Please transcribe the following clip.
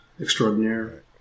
extraordinaire